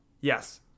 Yes